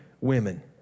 women